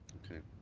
okay.